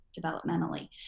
developmentally